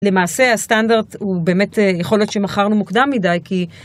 למעשה הסטנדרט הוא באמת יכול להיות שמכרנו מוקדם מדי כי...